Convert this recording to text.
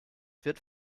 wird